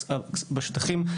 בשטחים,